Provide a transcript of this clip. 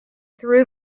through